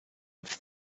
have